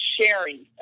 sharing